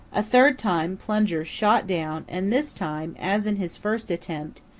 a third time plunger shot down and this time, as in his first attempt,